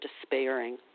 despairing